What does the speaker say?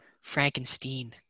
frankenstein